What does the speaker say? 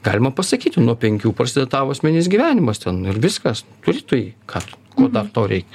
galima pasakyti nuo penkių prasideda tavo asmeninis gyvenimas ten ir viskas turi tu jį ką tu ko dar tau reikia